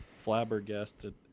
Flabbergasted